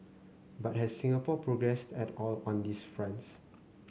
but has Singapore progressed at all on these fronts